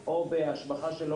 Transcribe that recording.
קבע.